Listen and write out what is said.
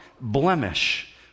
blemish